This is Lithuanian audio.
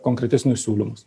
konkretesnius siūlymus